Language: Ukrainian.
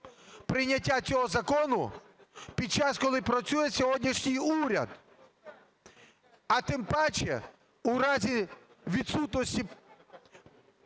прийняття цього закону під час, коли працює сьогоднішній уряд, а тим паче у разі відсутності